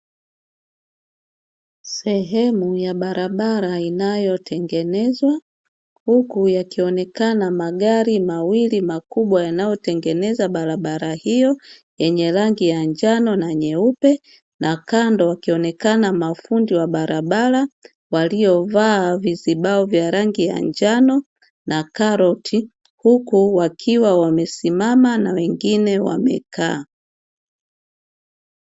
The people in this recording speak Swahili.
Sehemu ya barabara inayotengenezwa huku yakionekana magari mawili makubwa yanayotengeneza barabara hiyo yenye rangi ya njano na nyeupe. Na kando wakionekana mafundi wa barabara waliovaa vizibao vya rangi ya njano na karoti, huku wakiwa wamesimama na wengine wamekaa.